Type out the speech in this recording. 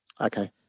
Okay